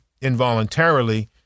involuntarily